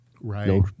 Right